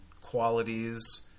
qualities